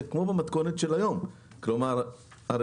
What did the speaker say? זה כמו במתכונת שקיימת היום,